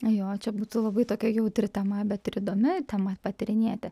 jo čia būtų labai tokia jautri tema bet ir įdomi tema patyrinėti